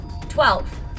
Twelve